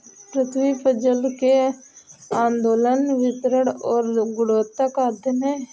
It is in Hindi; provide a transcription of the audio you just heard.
पृथ्वी पर जल के आंदोलन वितरण और गुणवत्ता का अध्ययन है